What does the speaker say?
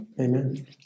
Amen